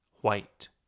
white